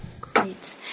Great